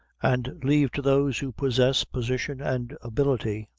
and leave to those who possess position and ability,